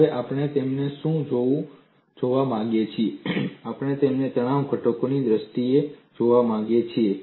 હવે આપણે તેમને શું જોવા માંગીએ છીએ આપણે તેમને તણાવ ઘટકોની દ્રષ્ટિએ જોવા માંગીએ છીએ